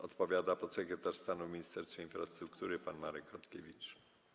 Odpowiada podsekretarz stanu w Ministerstwie Infrastruktury pan Marek Chodkiewicz.